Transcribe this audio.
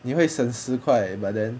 你会省十块 but then